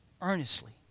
Earnestly